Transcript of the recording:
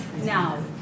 now